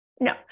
No